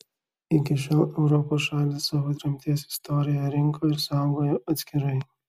iki šiol europos šalys savo tremties istoriją rinko ir saugojo atskirai